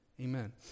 Amen